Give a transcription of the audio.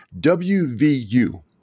WVU